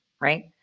Right